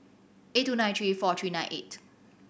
eight two nine three four three nine eight